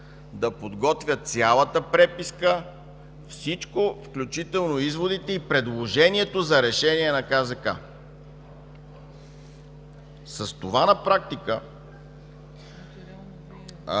да подготвя цялата преписка, всичко, включително изводите и предложението за решението на КЗК. С това на практика